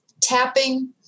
tapping